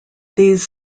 these